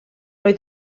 oedd